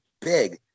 big